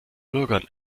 bürgern